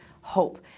hope